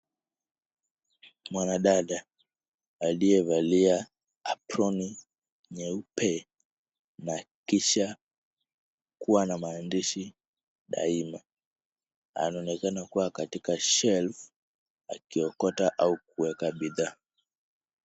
Mwanadada aliyevalia aproni nyeupe na kisha kuwa na maandishi daima anaonekana kuwa katika shelf akiokota au kuweka bidhaa.